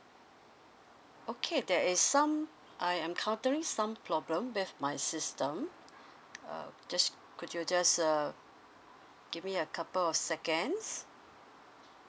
okay there is some I'm encountering some problem with my system uh just could you just uh give me a couple of seconds